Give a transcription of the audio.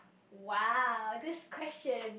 !wow! this question